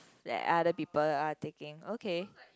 that other people are taking okay